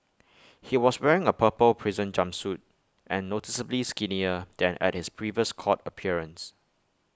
he was wearing A purple prison jumpsuit and noticeably skinnier than at his previous court appearance